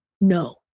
No